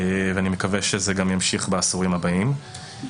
ואני מקווה שזה גם ימשיך בעשורים הבאים.